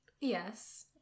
Yes